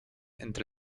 entre